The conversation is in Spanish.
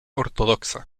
ortodoxa